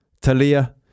Talia